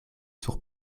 sur